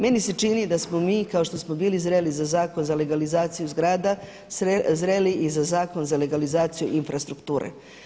Meni se čini da smo mi kao što smo bili zreli za Zakon za legalizaciju zgrada zreli i za zakon za legalizaciju infrastrukture.